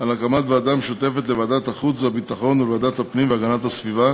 על הקמת ועדה משותפת לוועדת החוץ והביטחון ולוועדת הפנים והגנת הסביבה